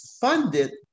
funded